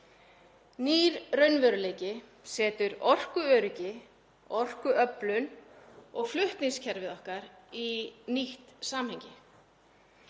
Nýr raunveruleiki setur orkuöryggi, orkuöflun og flutningskerfið okkar í nýtt samhengi.